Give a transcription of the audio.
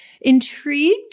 intrigued